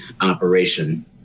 operation